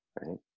right